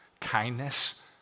kindness